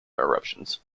eruptions